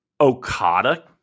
Okada